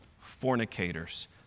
fornicators